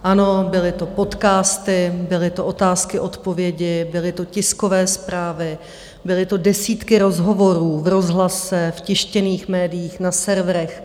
Ano, byly to podcasty, byly ty otázky, odpovědi, byly to tiskové zprávy, byly to desítky rozhovorů v rozhlase, v tištěných médiích, na serverech.